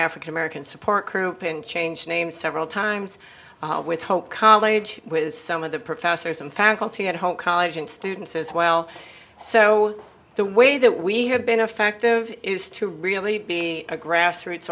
african american support group and changed name several times with hope college with some of the professors and faculty at home college and students as well so the way that we have been effective is to really be a grassroots